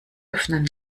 öffnen